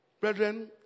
Brethren